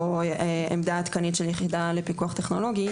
עמדה עדכנית של יחידה לפיקוח טכנולוגי.